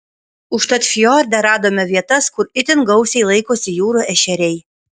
užtat fjorde radome vietas kur itin gausiai laikosi jūrų ešeriai